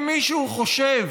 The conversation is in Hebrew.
אם מישהו חושב